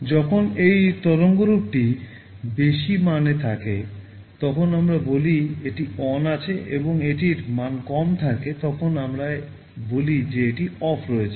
যখন এই তরঙ্গরূপটি বেশি মানে থাকে তখন আমরা বলি এটি ON আছে এবং যখন এটির মান কম থাকে তখন আমরা বলি যে এটি OFF রয়েছে